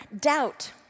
doubt